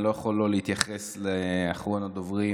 אני לא יכול שלא להתייחס לאחרון הדוברים,